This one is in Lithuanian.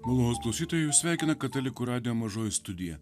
malonūs klausytojai jūs sveikina katalikų radijo mažoji studija